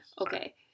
Okay